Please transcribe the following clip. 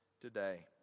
today